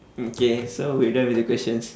okay so we're done with the questions